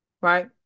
right